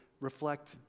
reflect